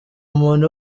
umuntu